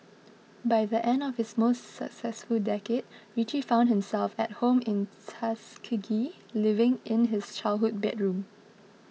by the end of his most successful decade Richie found himself at home in Tuskegee living in his childhood bedroom